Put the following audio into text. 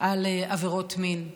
על עבירות מין,